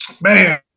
man